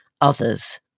others